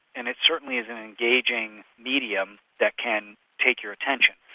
and it certainly is an engaging medium that can take your attention.